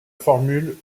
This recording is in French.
formule